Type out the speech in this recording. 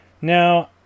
Now